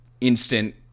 instant